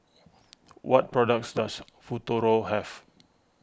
what products does Futuro have